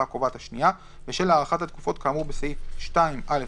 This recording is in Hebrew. הקובעת השנייה בשל הארכת התקופות כאמור בסעיף 2(א1),